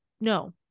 no